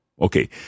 Okay